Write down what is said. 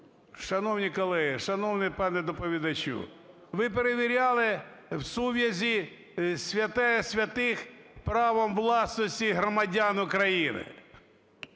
Шановні колеги, шановний пане доповідачу! Ви перевіряли в сув'язі зі святая-святых – правом власності громадян України?